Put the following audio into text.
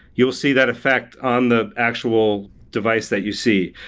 you will see that effect on the actual device that you see.